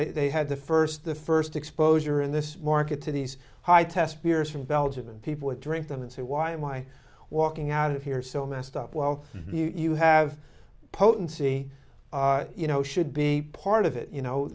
that they had the first the first exposure in this market to these high test beers from belgium and people would drink them and say why am i walking out of here so messed up well you have potency you know should be part of it you know